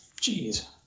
Jeez